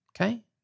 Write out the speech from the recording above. Okay